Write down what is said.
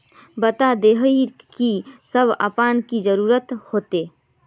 बता देतहिन की सब खापान की जरूरत होते?